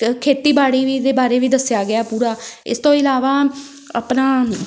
ਖੇਤੀਬਾੜੀ ਵੀ ਦੇ ਬਾਰੇ ਵੀ ਦੱਸਿਆ ਗਿਆ ਪੂਰਾ ਇਸ ਤੋਂ ਇਲਾਵਾ ਆਪਣਾ